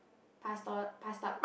pass on pass up